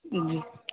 جی